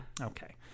Okay